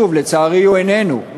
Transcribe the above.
שוב, לצערי הוא איננו.